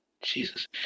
Jesus